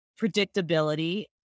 predictability